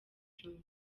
john